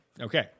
Okay